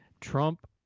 Trump